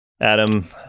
Adam